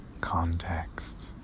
Context